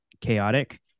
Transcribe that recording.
chaotic